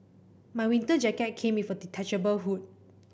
my winter jacket came with a detachable hood